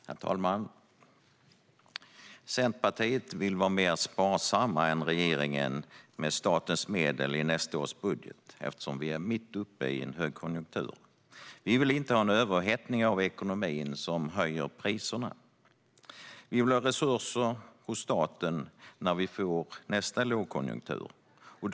Herr talman! Centerpartiet vill vara mer sparsamt än regeringen med statens medel i nästa års budget eftersom Sverige är mitt uppe i en högkonjunktur. Vi vill inte ha en överhettning av ekonomin som höjer priserna. Vi vill i stället att det ska finnas resurser hos staten när nästa lågkonjunktur uppstår.